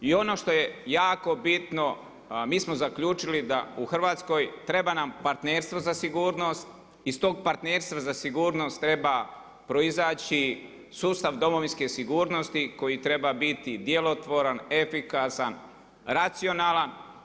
I ono što je jako bitno, mi smo zaključili da u Hrvatskoj treba nam partnerstvo za sigurnost, iz tog partnerstva za sigurnost treba proizaći sustav Domovinske sigurnosti koji treba biti djelotvoran, efikasan, racionalan.